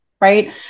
right